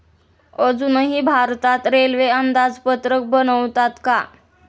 अजूनही भारतात रेल्वे अंदाजपत्रक बनवतात का?